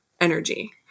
energy